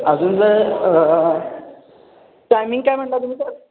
अजून जर टायमिंग काय म्हणाला तुम्ही सर